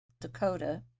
Dakota